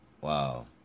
Wow